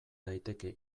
daiteke